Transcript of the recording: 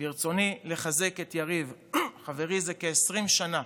ברצוני לחזק את יריב, חברי זה כ-20 שנה,